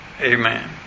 Amen